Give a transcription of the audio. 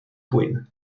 queen